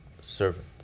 servant